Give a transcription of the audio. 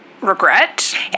regret